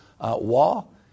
wall